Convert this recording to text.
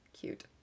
Cute